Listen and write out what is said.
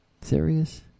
Serious